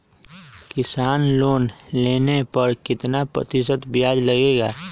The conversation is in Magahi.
किसान लोन लेने पर कितना प्रतिशत ब्याज लगेगा?